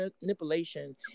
manipulation